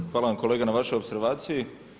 Evo hvala vam kolega na vašoj opservaciji.